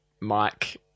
Mike